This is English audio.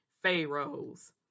Pharaohs